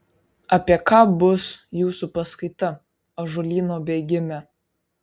apie ką bus jūsų paskaita ąžuolyno bėgime